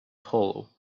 hollow